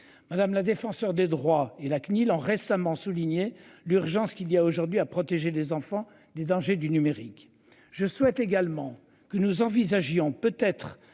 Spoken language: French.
Madame la défenseure des droits et la CNIL ont récemment souligné l'urgence qu'il y a aujourd'hui à protéger les enfants des dangers du numérique. Je souhaite également que nous envisagions peut être